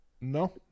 No